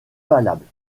valables